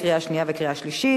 לקריאה שנייה וקריאה שלישית.